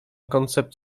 concept